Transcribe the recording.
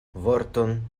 vorton